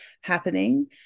happening